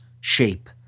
shape